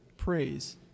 praise